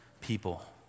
people